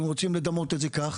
אם רוצים לדמות את זה כך.